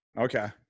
Okay